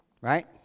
Right